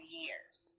years